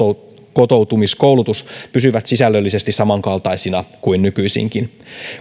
kotoutumiskoulutus pysyvät sisällöllisesti samankaltaisina kuin nykyisinkin